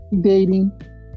dating